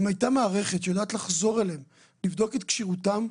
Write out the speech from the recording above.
אם הייתה מערכת שיודעת לחזור אליהם ולבדוק את כשירותם,